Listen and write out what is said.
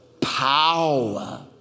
power